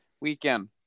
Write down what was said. weekend